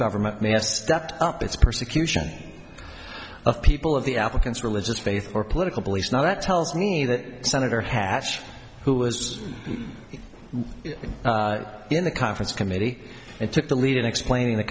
government may have stepped up its persecution of people of the applicant's religious faith or political beliefs now that tells me that senator hatch who was in the conference committee and took the lead in explaining the